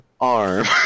arm